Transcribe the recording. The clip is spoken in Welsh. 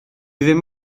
ddim